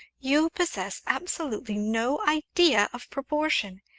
you possess absolutely no idea of proportion.